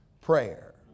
prayer